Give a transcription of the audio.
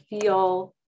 feel